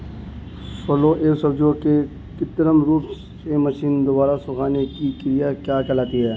फलों एवं सब्जियों के कृत्रिम रूप से मशीनों द्वारा सुखाने की क्रिया क्या कहलाती है?